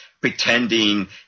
pretending